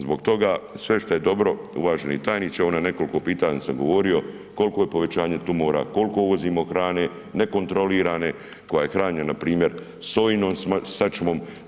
Zbog toga sve što je dobro, uvaženi tajniče, evo na nekoliko pitanja sam govori koliko je povećanje tumora, koliko uvozimo hrane nekontrolirane koja je hranjena npr. sojinom sačmom.